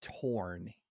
torn